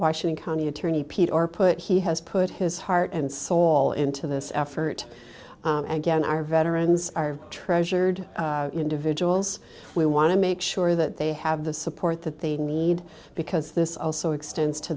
washington county attorney pete or put he has put his heart and soul into this effort and again our veterans are treasured individuals we want to make sure that they have the support that they need because this also extends to